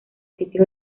sitios